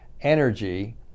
energy